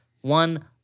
one